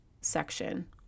section